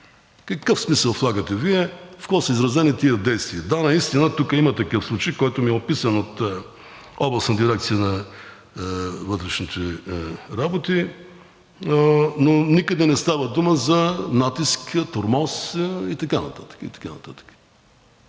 Какъв смисъл влагате Вие, в какво са изразени тези действия? Да, наистина тук има такъв случай, който ми е описан от областната дирекция на Министерството на вътрешните работи, но никъде не става дума за натиск, тормоз и така нататък,